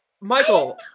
Michael